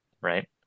right